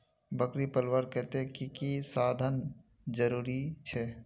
बकरी पलवार केते की की साधन जरूरी छे?